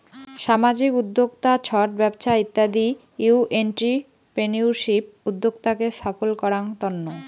সামাজিক উদ্যক্তা, ছট ব্যবছা ইত্যাদি হউ এন্ট্রিপ্রেনিউরশিপ উদ্যোক্তাকে সফল করাঙ তন্ন